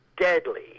Deadly